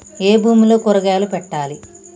ఏ భూమిలో కూరగాయలు పెట్టాలి?